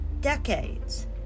decades